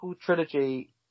trilogy